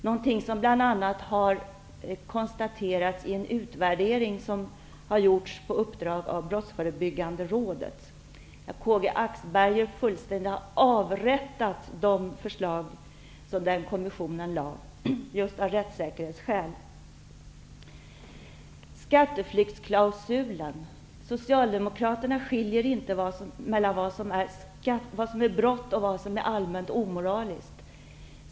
Det har bl.a. konstaterats i en utvärdering som har gjorts på uppdrag av Brottsförebyggande rådet. K G Axberger har där, just av rättssäkerhetsskäl, fullständigt avrättat de förslag som kommissionen lade. När det gäller skatteflyktsklausulen vill jag säga att Socialdemokraterna inte skiljer på vad som är brott och vad som är allmänt omoraliskt.